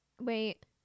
wait